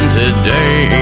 today